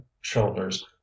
shoulders